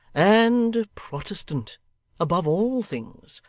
and protestant above all things.